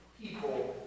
people